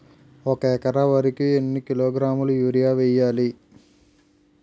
ఒక ఎకర వరి కు ఎన్ని కిలోగ్రాముల యూరియా వెయ్యాలి?